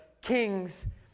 kings